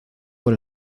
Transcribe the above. por